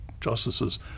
justices